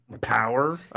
Power